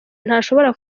ntashobora